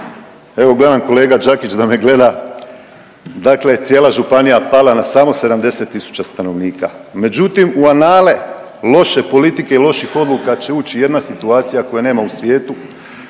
evo gledam kolega Đakić da me gleda, dakle cijela županija pala na samo 70.000 stanovnika. Međutim, u anale loše politike i loših odluka će ući jedna situacija koje nema u svijetu,